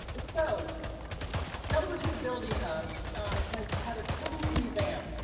so delaware disability hub has had a total revamp.